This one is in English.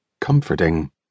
comforting